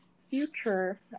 future